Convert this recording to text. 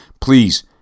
Please